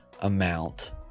Amount